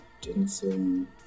Denson